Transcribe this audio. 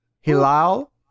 Hilal